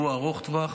זה אירוע ארוך טווח,